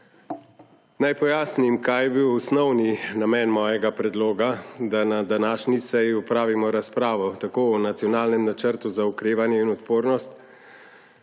Naj pojasnim, kaj je bil osnovni namen mojega predloga, da na današnji seji opravimo razpravo o nacionalnem Načrtu za okrevanje in odpornost.